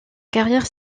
carrière